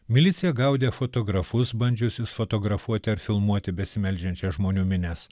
milicija gaudė fotografus bandžiusius fotografuoti ar filmuoti besimeldžiančias žmonių minias